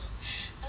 I love Shin